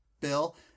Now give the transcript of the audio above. bill